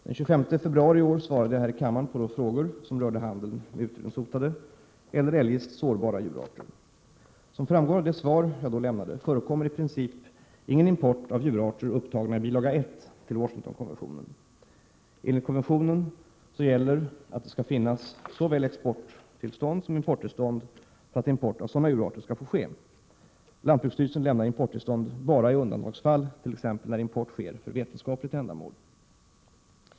Den 25 februari i år svarade jag här i kammaren på frågor som rörde handeln med utrotningshotade eller eljest sårbara djurarter. Som framgår av det svar jag då lämnade förekommer i princip ingen import av djurarter upptagna i bilaga I till Washingtonkonventionen. Enligt konventionen gäller att det skall finnas såväl exportsom importtillstånd för att import av sådana djurarter skall få ske. Lantbruksstyrelsen lämnar importtillstånd bara i undantagsfall, t.ex. när import sker för vetenskapligt ändamål.